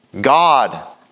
God